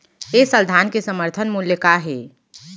ए साल धान के समर्थन मूल्य का हे?